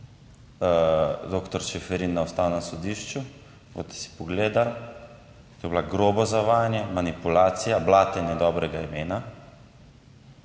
Čeferin na Ustavnem sodišču, boste si pogledali, to je bila grobo zavajanje, manipulacija, blatenje dobrega imena,